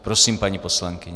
Prosím, paní poslankyně.